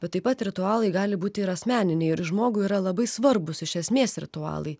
bet taip pat ritualai gali būti ir asmeniniai ir žmogui yra labai svarbūs iš esmės ritualai